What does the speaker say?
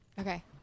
Okay